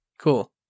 Cool